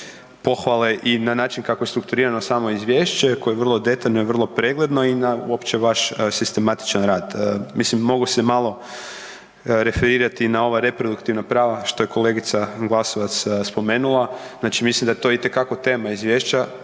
pohvale i na način kako je strukturirano samo izvješće koje je vrlo detaljno i vrlo pregledno i na uopće vaš sistematičan rad. Mislim mogu se malo referirati na ova reproduktivna prava što je kolegica Glasovac spomenula, znači mislim da je to itekako tema izvješća